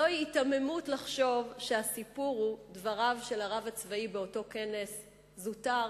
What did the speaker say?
זוהי היתממות לחשוב שהסיפור הוא דבריו של הרב הצבאי באותו כנס זוטר,